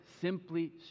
simply